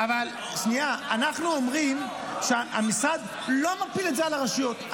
אנחנו אומרים שהמשרד לא מפיל את זה על הרשויות,